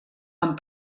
amb